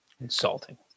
Insulting